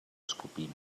escopim